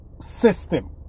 system